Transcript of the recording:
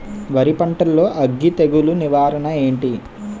వరి పంటలో అగ్గి తెగులు నివారణ ఏంటి?